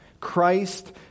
Christ